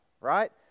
right